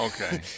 Okay